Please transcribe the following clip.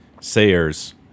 Sayers